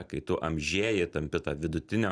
kai tu amžėji tampi vidutinio